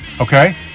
okay